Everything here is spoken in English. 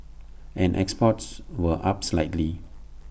and exports were up slightly